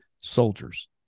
soldiers